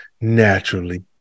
naturally